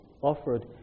Offered